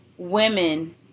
Women